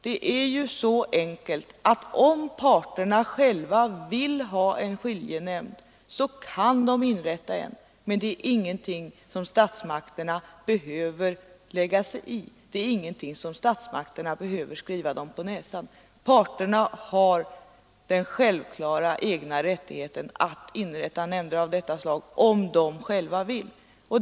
Det är så enkelt att om parterna själva vill ha en skiljenämnd kan de inrätta en, men det är ingenting som statsmakterna behöver lägga sig i och skriva dem på näsan. Parterna har den självklara rättigheten att inrätta nämnder av detta slag om de själva vill.